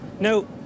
No